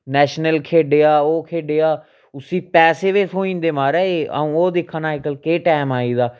national खेढेआ ओह् खेढेआ उसी पैसे बी थ्होई महाराज अ'ऊं ओह् दिक्खै ना ओह् अज्जकल केह् टैम आई गेदा